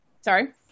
Sorry